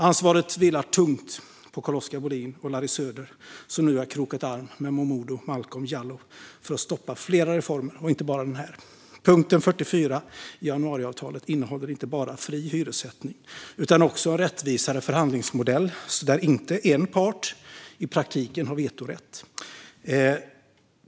Ansvaret vilar tungt på Carl-Oskar Bohlin och Larry Söder, som nu har krokat arm med Momodou Malcolm Jallow för att stoppa flera reformer, inte bara den här. Punkt 44 i januariavtalet innehåller inte bara fri hyressättning, utan också en rättvisare förhandlingsmodell där inte en part i praktiken har vetorätt.